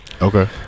Okay